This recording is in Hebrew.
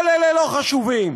כל אלה לא חשובים.